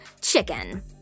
chicken